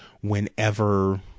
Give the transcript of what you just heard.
whenever